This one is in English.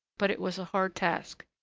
but it was a hard task.